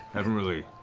haven't really.